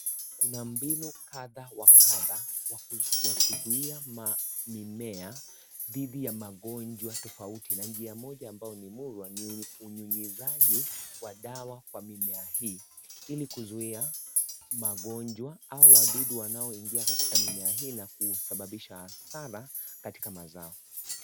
Kuna mbinu kadha wa kadha ya kuzuia mimea dhidhi ya magojwa tofauti. Na njia moja ambayo ni murua ni unyunyusaji wa dawa kwa mimea hii ili kuzuia magonjwa au wadudu wanao ingia katika mimiea hii na kusababisha sana katika mazao.